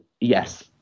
yes